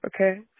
okay